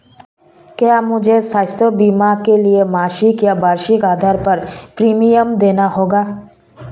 क्या मुझे स्वास्थ्य बीमा के लिए मासिक या वार्षिक आधार पर प्रीमियम देना होगा?